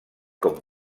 com